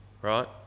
right